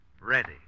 ready